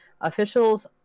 officials